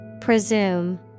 Presume